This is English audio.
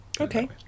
okay